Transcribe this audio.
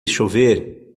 chover